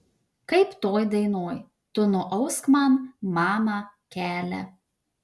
kaip toj dainoj tu nuausk man mama kelią